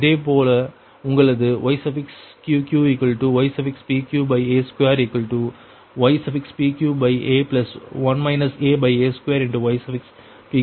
இதேபோல உங்களது Yqqypqa2ypqa1 aa2ypq ஆகும்